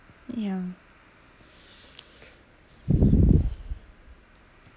yeah